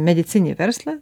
medicininį verslą